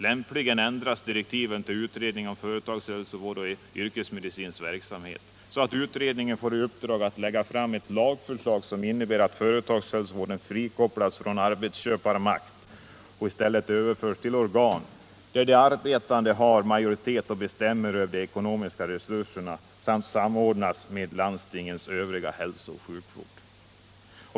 Lämpligen ändras direktiven till utredningen om företagshälsovård och yrkesmedicinsk verksamhet, så att utredningen får i uppdrag att lägga fram ett lagförslag som innebär att företagshälsovården frikopplas från arbetsköparmakt och i stället överförs till organ, där de arbetande har majoritet och bestämmer om de ekonomiska resurserna, samt samordnas med landstingens övriga hälsooch sjukvård.